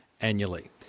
annually